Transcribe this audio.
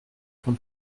von